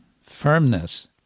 firmness